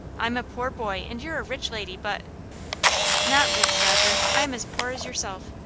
i'm a poor boy, and you're a rich lady, but not rich, dodger. i am as poor as yourself.